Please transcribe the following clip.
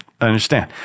understand